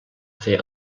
fer